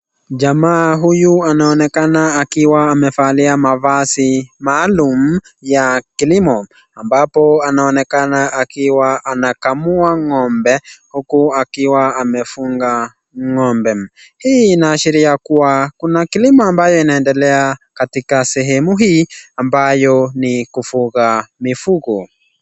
Jamaa huyu anaonekana akiwa amevalia mavazi maalum ya kilimo ambapo anaonekana akiwa anakamua ng'ombe uku akiwa amefunga ng'ombe. Hii inaashiria kuwa kuna kilimo ambayo inaendelea katika sehemu hii ambayo ni kufuga mifugo.